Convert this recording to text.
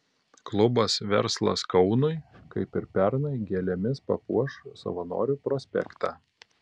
klubas verslas kaunui kaip ir pernai gėlėmis papuoš savanorių prospektą